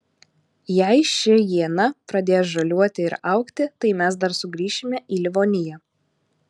jei ši iena pradės žaliuoti ir augti tai mes dar sugrįšime į livoniją